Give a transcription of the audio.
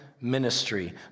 ministry